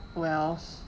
well